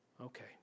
Okay